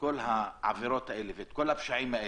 כל העבירות האלה וכל הפשעים האלה,